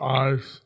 eyes